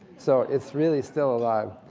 so it's really, still, alive,